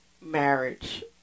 marriage